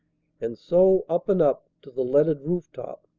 and so up and up to the leaded rooftop,